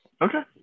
Okay